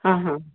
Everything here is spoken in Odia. ହଁ ହଁ